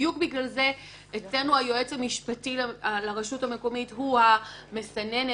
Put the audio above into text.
בדיוק בגלל זה היועץ המשפטי של הרשות המקומית הוא המסננת,